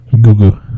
Google